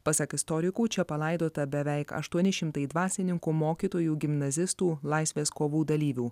pasak istorikų čia palaidota beveik aštuoni šimtai dvasininkų mokytojų gimnazistų laisvės kovų dalyvių